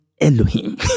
Elohim